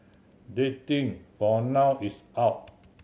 dating for now is out